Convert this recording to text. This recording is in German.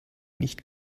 nicht